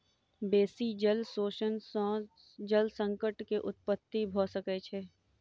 बेसी जल शोषण सॅ जल संकट के उत्पत्ति भ सकै छै